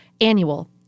annual